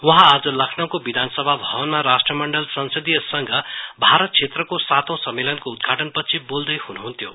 वहाँ आज लखनाउको विधानसभा भवनमा राष्ट्रण्डल संसदीय संघ भारत श्रेत्रको सातौं सम्मेलनको उद्घाटनपछि बोल्दै हुनुहन्थ्यो